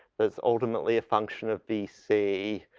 there's ultimately a function of v c,